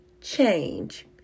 change